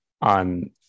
on